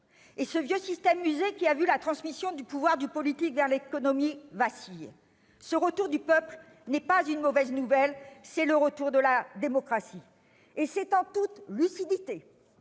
et ce vieux système usé qui a vu la transmission du pouvoir du politique vers l'économie vacille. Ce retour du peuple n'est pas une mauvaise nouvelle, c'est le retour de la démocratie. C'est en toute lucidité